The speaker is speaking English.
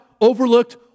overlooked